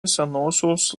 senosios